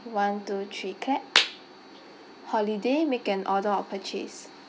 one two three clap holiday make an order or purchase